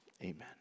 amen